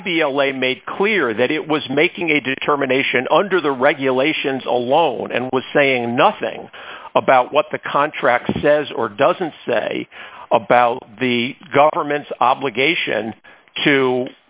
lay made clear that it was making a determination under the regulations alone and was saying nothing about what the contract says or doesn't say about the government's obligation to